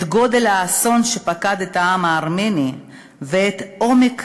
את גודל האסון שפקד את העם הארמני ואת עומק